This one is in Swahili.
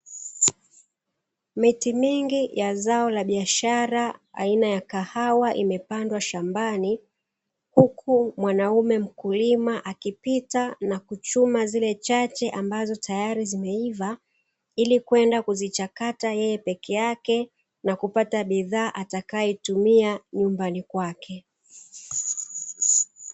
Miti mingi ya zao la biashara aina ya kahawa imepandwa shambani, huku mwanaume mkulima akipita na kuchuma zile chache ambazo tayari zimeiva, ili kwenda kuzichakata yeye peke yake na kupata bidhaa atakayoitumia nyumbani kwake.